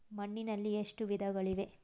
ಮಣ್ಣಿನಲ್ಲಿ ಎಷ್ಟು ವಿಧಗಳಿವೆ?